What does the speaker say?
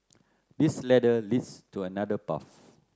this ladder leads to another path